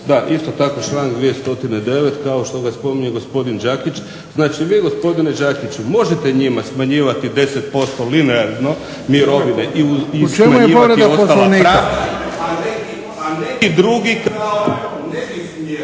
U čemu je povreda Poslovnika?/...